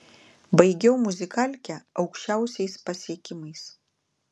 baigiau muzikalkę aukščiausiais pasiekimais